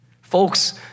Folks